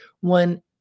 one